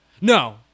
no